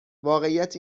واقعیت